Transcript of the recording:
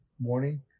Morning